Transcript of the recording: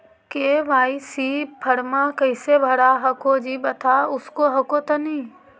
KYC फॉर्मा कैसे भरा हको जी बता उसको हको तानी?